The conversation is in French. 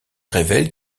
révèle